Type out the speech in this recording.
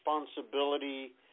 Responsibility